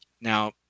now